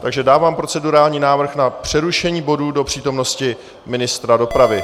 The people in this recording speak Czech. Takže dávám procedurální návrh na přerušení bodu do přítomnosti ministra dopravy.